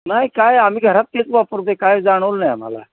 नाही काय आम्ही घरात तेच वापरतो आहे काय जाणवलं नाही आम्हाला